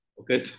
Okay